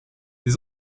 des